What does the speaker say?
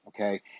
okay